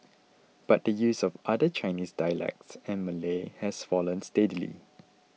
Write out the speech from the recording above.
but the use of other Chinese dialects and Malay has fallen steadily